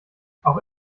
auch